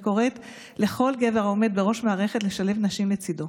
וקוראת לכל גבר העומד בראש מערכת לשלב נשים לצידו.